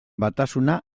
batasuna